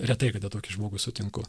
retai kada tokį žmogų sutinku